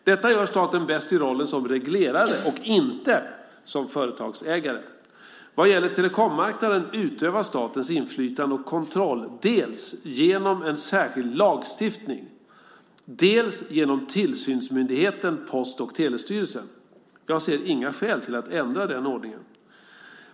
Detta gör staten bäst i rollen som reglerare och inte som företagsägare. Vad gäller telekommarknaden utövas statens inflytande och kontroll dels genom en särskild lagstiftning, dels genom tillsynsmyndigheten Post och telestyrelsen. Jag ser inga skäl till att ändra den ordningen.